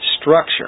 structure